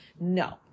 No